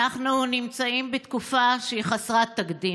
אנחנו נמצאים בתקופה שהיא חסרת תקדים.